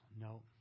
No